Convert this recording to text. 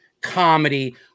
comedy